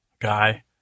Guy